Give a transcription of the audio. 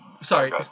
sorry